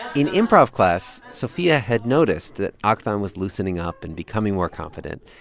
in improv class, sophia had noticed that ah aktham was loosening up and becoming more confident.